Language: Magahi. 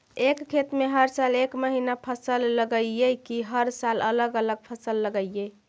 एक खेत में हर साल एक महिना फसल लगगियै कि हर साल अलग अलग फसल लगियै?